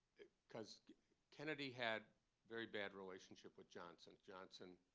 because kennedy had very bad relationship with johnson. johnson